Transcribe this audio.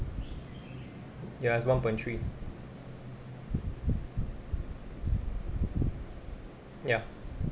ya it's one point three ya